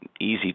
easy